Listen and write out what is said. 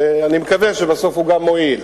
שאני מקווה שבסוף הוא גם מועיל.